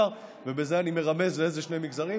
בזה אני מרמז לאיזה שני מגזרים,